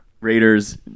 Raiders